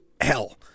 hell